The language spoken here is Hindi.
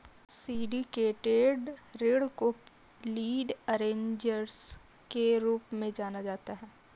सिंडिकेटेड ऋण को लीड अरेंजर्स के रूप में जाना जाता है